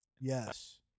Yes